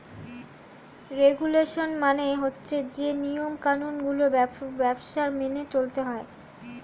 regulation মানে হচ্ছে যে নিয়ম কানুন গুলো ব্যবসায় মেনে চলতে হয়